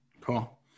cool